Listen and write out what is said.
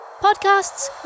podcasts